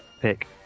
pick